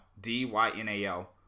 D-Y-N-A-L